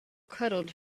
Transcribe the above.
cuddled